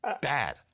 bad